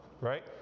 right